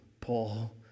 Paul